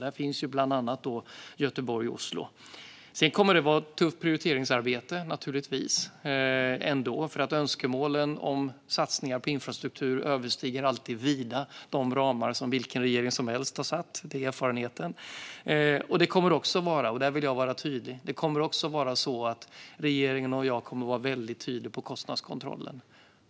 Där finns bland annat sträckan Göteborg-Oslo. Det kommer givetvis att vara ett tufft prioriteringsarbete. Erfarenheten är att önskemålen om satsningar på infrastruktur alltid vida överstiger de ramar som vilken regering som helst har satt. Regeringen och jag kommer att vara tydliga med kostnadskontrollen.